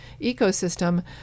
ecosystem